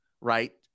right